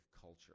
culture